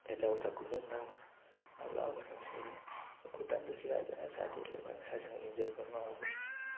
यताउता घुमौँ न भन्यो ल भन्यो खुट्टा पनि दुखिरहेथ्यो ए साथीहरूले भन्यो साथीसँग इन्जोय गर्नु अब